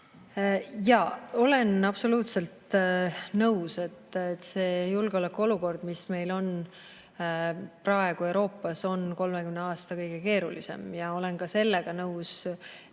Olen absoluutselt nõus, et see julgeolekuolukord, mis praegu Euroopas on, on 30 aasta kõige keerulisem. Ja olen ka sellega nõus,